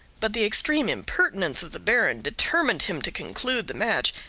but the extreme impertinence of the baron determined him to conclude the match,